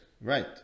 Right